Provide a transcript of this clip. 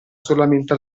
solamente